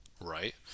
right